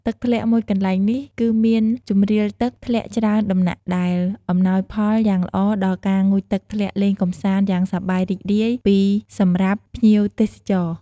ទឹកធ្លាក់មួយកន្លែងនេះគឺមានជម្រាលទឹកធ្លាក់ច្រើនដំណាក់ដែល អំណោយផលយ៉ាងល្អដល់ការងូតទឹកធ្លាក់លេងកម្សាន្ដយ៉ាងសប្បាយរីករាយពីសម្រាប់ភ្ញៀវទេសចរ ។